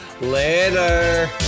Later